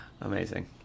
Amazing